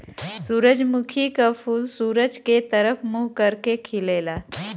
सूरजमुखी क फूल सूरज के तरफ मुंह करके खिलला